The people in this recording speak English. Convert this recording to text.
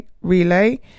relay